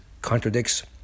contradicts